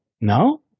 no